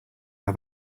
how